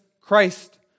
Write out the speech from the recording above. Christ